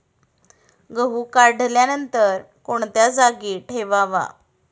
गहू काढल्यानंतर कोणत्या जागी ठेवावा?